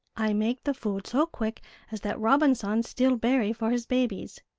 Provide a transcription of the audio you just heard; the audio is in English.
i make the food so quick as that robin san steal berry for his babies.